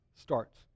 starts